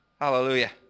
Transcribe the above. Hallelujah